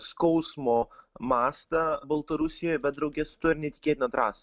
skausmo mastą baltarusijoj bet drauge su tuo ir neįtikėtiną drąsą